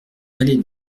allée